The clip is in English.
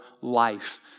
life